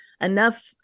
enough